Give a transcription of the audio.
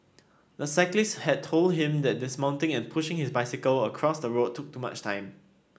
the cyclist had told him that dismounting and pushing his bicycle across the road took too much time